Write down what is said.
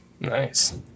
Nice